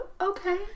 okay